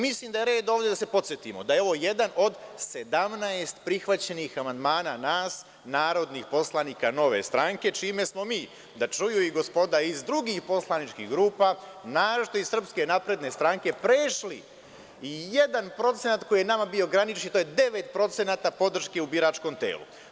Mislim da je red da se podsetimo da je ovo jedan od 17 prihvaćenih amandmana nas narodnih poslanika Nove stranke, čime smo mi, da čuju i gospoda iz drugih poslaničkih grupa, naročito iz SNS, prešli i jedan procenat koji je nama bio granični, a to je 9% podrške u biračkom telu.